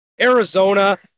Arizona